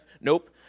Nope